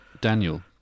Daniel